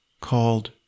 called